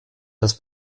das